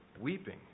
weeping